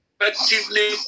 effectively